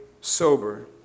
sober